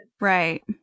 right